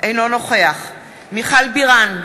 אינו נוכח מיכל בירן,